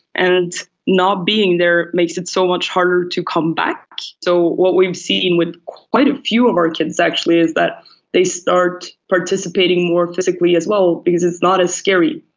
and not being there makes it so much harder to come back. so what we've seen with quite a few of our kids actually is that they start participating more physically as well because it's not as scary.